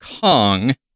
Kong